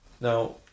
Now